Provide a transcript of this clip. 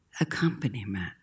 Accompaniment